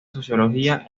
sociología